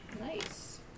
Nice